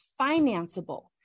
financeable